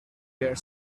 their